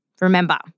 Remember